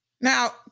Now